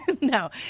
No